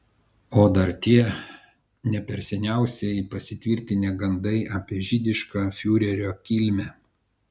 o dar tie ne per seniausiai pasitvirtinę gandai apie žydišką fiurerio kilmę